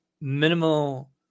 minimal